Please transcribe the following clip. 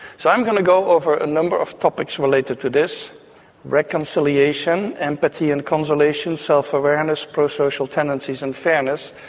so i'm going to go over a number of topics related to this reconciliation, empathy and consolation, self-awareness, pro-social tendencies, and fairness.